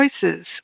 choices